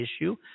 issue